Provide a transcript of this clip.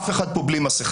אף אחד פה לא עם מסכה.